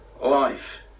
life